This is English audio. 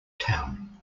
town